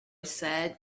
said